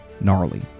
gnarly